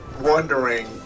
wondering